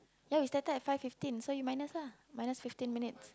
ya we started at five fifteen so you minus lah minus fifteen minutes